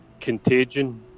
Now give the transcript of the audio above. Contagion